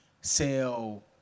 sell